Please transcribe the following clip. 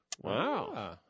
Wow